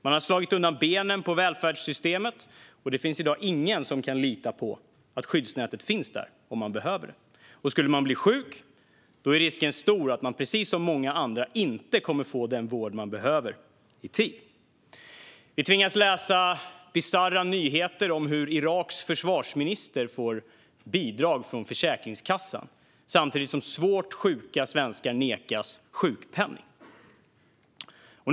Man har slagit undan benen på välfärdssystemet, och det finns i dag ingen som kan lita på att skyddsnätet finns där om man behöver det. Skulle man bli sjuk är risken stor att man, precis som många andra, inte kommer att få den vård man behöver i tid. Vi tvingas läsa bisarra nyheter om hur Iraks försvarsminister får bidrag från Försäkringskassan, samtidigt som svårt sjuka svenskar nekas sjukpenning.